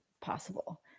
possible